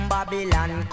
Babylon